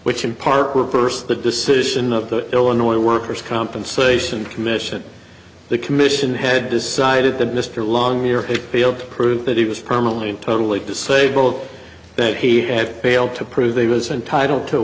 which in part reversed the decision of the illinois workers compensation commission the commission had decided that mr long your field proved that he was permanently totally disabled that he had failed to prove they was entitled to